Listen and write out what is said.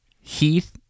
Heath